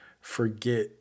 forget